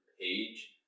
page